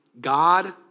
God